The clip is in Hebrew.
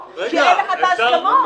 כי אין לך ההסכמות.